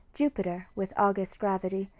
jupiter, with august gravity,